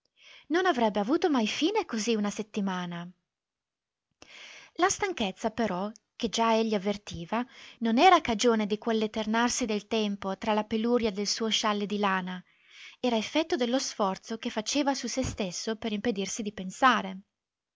non avrebbe avuto mai fine così una settimana la stanchezza però che già egli avvertiva non era a cagione di quell'eternarsi del tempo tra la peluria del suo scialle di lana era effetto dello sforzo che faceva su se stesso per impedirsi di pensare